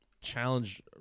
challenge